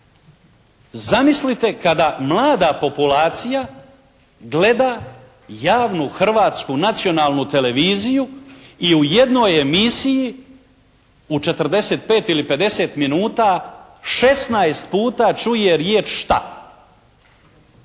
Zamislite kada mlada populacija gleda javnu, hrvatsku, nacionalnu televiziju i u jednoj emisiji u 45 ili 50 minuta 16 puta čuje riječ "šta"